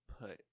put